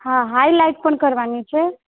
હા હાઈલાઈટ પણ કરવાની છે